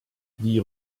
wie